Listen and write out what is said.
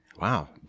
Wow